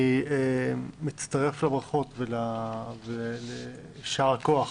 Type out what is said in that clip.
אני מצטרף לברכות וליישר כח